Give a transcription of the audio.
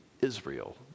Israel